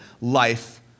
life